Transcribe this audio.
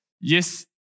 yes